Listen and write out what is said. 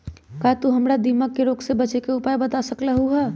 का तू हमरा दीमक के रोग से बचे के उपाय बता सकलु ह?